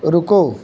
ਰੁਕੋ